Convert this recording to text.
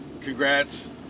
congrats